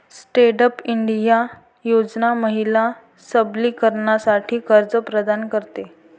stand up India योजना महिला सबलीकरणासाठी कर्ज प्रदान करते